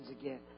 again